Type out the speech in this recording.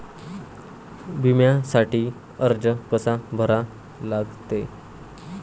बिम्यासाठी अर्ज कसा करा लागते?